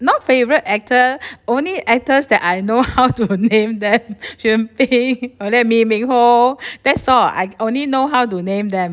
not favourite actor only actors that I know how to name them xuan bin and then lee min ho that's all ah I only know how to name them